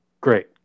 Great